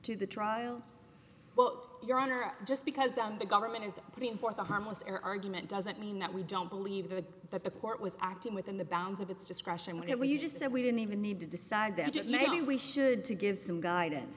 to the trial well your honor just because the government is putting forth a harmless error argument doesn't mean that we don't believe that the court was acting within the bounds of its discretion when we said we didn't even need to decide that maybe we should to give some guidance